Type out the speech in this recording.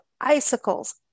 icicles